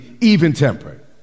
even-tempered